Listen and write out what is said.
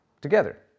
together